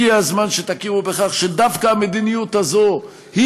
הגיע הזמן שתכירו בכך שדווקא המדיניות הזאת היא